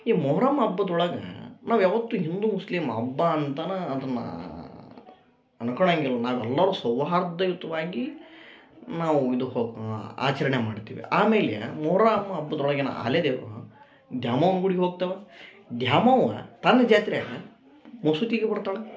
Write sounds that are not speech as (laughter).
ಈ ಮೊಹರಮ್ ಹಬ್ಬದೊಳಗ ನಾವು ಯಾವತ್ತೂ ಹಿಂದೂ ಮುಸ್ಲಿಮ್ ಹಬ್ಬ ಅಂತನ ಅದನ್ನ ಅನ್ಕೊಳ್ಳಂಗಿಲ್ಲ ನಾವೆಲ್ಲರು ಸೌಹಾರ್ದಯುತವಾಗಿ ನಾವು ಇದು ಹೊ ಆಚರಣೆ ಮಾಡ್ತೀವಿ ಆಮೇಲೆ ಮೊಹರಮ್ ಹಬ್ಬದೊಳಗಿನ (unintelligible) ದ್ಯಾಮವ್ವನ ಗುಡಿಗೆ ಹೋಗ್ತೇವಾ ಧ್ಯಾಮವ್ವ ತನ್ನ ಜಾತ್ರ್ಯಾಗ ಮಸೂತಿಗೆ ಕುಡ್ತಾಳ